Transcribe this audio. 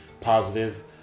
positive